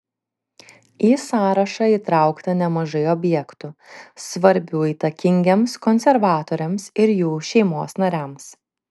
į sąrašą įtraukta nemažai objektų svarbių įtakingiems konservatoriams ir jų šeimos nariams